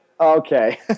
Okay